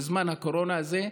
לזמן הקורונה הזה,